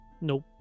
nope